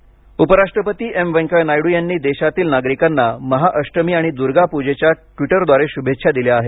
नायड उपराष्ट्रपती एम व्यंकय्या नायडू यांनी देशातील नागरिकांना महा अष्टमी आणि दुर्गापूजेच्या ट्वीटरद्वारे शुभेच्छा दिल्या आहेत